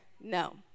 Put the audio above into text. no